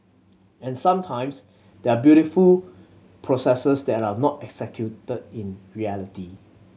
and sometimes there are beautiful processes that are not executed in reality